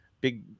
big